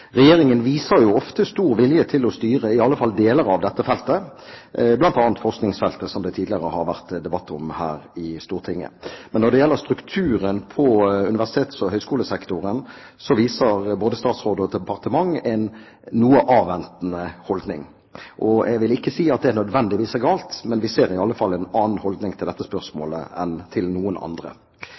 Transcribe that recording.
Regjeringen viser ofte stor vilje til å styre i alle fall deler av dette feltet, bl.a. forskningsfeltet, som det tidligere har vært debatt om her i Stortinget. Men når det gjelder strukturen på universitets- og høyskolesektoren, viser både statsråd og departement en noe avventende holdning. Jeg vil ikke si at det nødvendigvis er galt, men vi ser i alle fall en annen holdning til dette spørsmålet enn til andre.